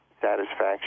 satisfaction